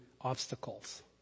obstacles